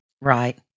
Right